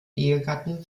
ehegatten